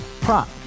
prop